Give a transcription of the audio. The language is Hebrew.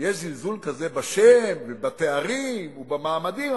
יש זלזול כזה בשם, בתארים ובמעמדים.